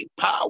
power